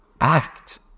act